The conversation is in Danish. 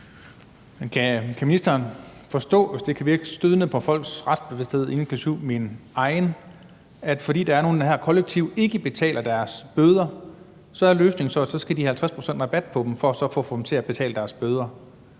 kan ministeren forstå, hvis det kan virke stødende på folks retsbevidsthed inklusive min egen, at fordi der er nogle, der her kollektivt ikke betaler deres bøder, er løsningen, at så skal de have 50 pct. rabat, for at få dem til at betale deres bøder,